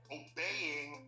obeying